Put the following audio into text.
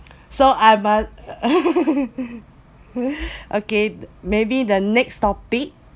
so I mu~ okay maybe the next topic